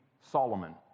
Solomon